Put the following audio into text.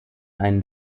einen